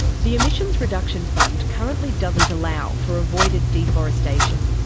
the emissions reduction fund currently doesn't allow for avoided deforestation,